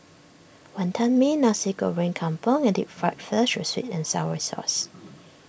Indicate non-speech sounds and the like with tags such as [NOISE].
Wantan Mee Nasi Goreng Kampung and Deep Fried Fish with [NOISE] Sweet and Sour Sauce